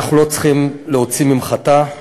אנחנו לא צריכים להוציא ממחטה,